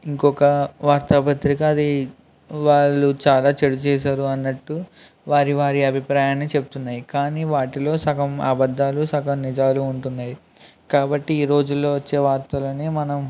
ఇంకొక వార్తాపత్రిక అది వాళ్ళు చాలా చెడు చేశారు అన్నట్టు వారి వారి అభిప్రాయాన్ని చెప్తున్నాయి కానీ వాటిలో సగం అబద్ధాలు సగం నిజాలు ఉంటున్నాయి కాబట్టి ఈ రోజుల్లో వచ్చే వార్తలని మనం